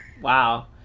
Wow